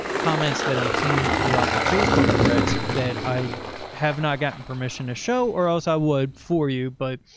comments that i'm seeing throughout the facebook threads that i have not gotten permission to show or else i would for you. but,